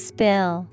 Spill